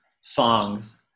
songs